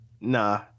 Nah